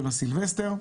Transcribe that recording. הסילבסטר.